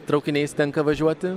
traukiniais tenka važiuoti